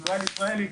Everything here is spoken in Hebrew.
ישראל ישראלי,